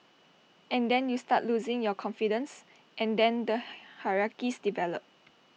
and then you start losing your confidence and then the hierarchies develop